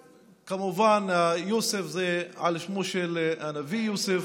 וכמובן, יוסף זה על שמו של הנביא יוסף.